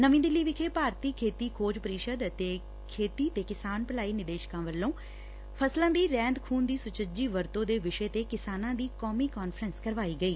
ਨਵੀਂ ਦਿੱਲੀ ਵਿਖੇ ਭਾਰਤੀ ਖੇਤੀ ਖੋਜ ਪ੍ਰੀਸ਼ਦ ਅਤੇ ਖੇਤੀ ਤੇ ਕਿਸਾਨ ਭਲਾਈ ਨਿਦੇਸ਼ਾਲੇ ਵੱਲੋਂ ਫਸਲਾਂ ਦੀ ਰਹਿੰਦ ਖੁੰਹਦ ਦੀ ਸੁਚਜੀ ਵਰਤੋਂ ਦੇ ਵਿਸ਼ੇ ਤੇ ਕਿਸਾਨਾਂ ਦੀ ਕੌਮੀ ਕਾਨਫਰੰਸ ਕਰਵਾਈ ਗਈ